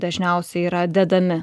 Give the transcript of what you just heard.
dažniausiai yra dedami